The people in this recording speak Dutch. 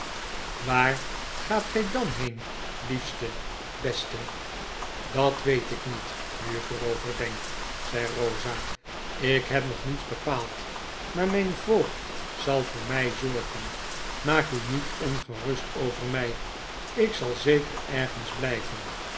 waar gaat gij dan heen liefste beste dat weet ik niet nu ik er over denk zei rosa ik heb nog niets bepaald maar mijn voogd zal voor mij zorgen maak u niet ongerust over my ik zal zelcer ergens blyven